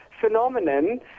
phenomenon